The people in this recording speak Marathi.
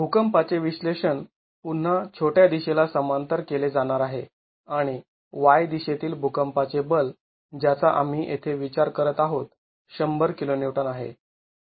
भुकंपाचे विश्लेषण पुन्हा छोट्या दिशेला समांतर केले जाणार आहे आणि y दिशेतील भुकंपाचे बल ज्याचा आम्ही येथे विचार करत आहोत १०० kN आहे